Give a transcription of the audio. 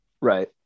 Right